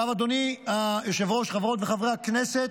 עכשיו, אדוני היושב-ראש, חברות וחברי הכנסת,